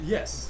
Yes